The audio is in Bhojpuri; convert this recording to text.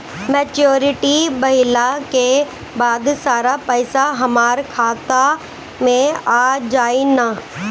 मेच्योरिटी भईला के बाद सारा पईसा हमार खाता मे आ जाई न?